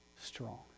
strong